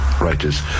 writers